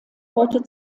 heute